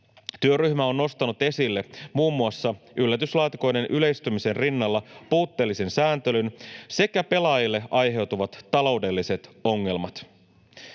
Työryhmä on nostanut esille muun muassa yllätyslaatikoiden yleistymisen rinnalla puutteellisen sääntelyn sekä pelaajille aiheutuvat taloudelliset ongelmat.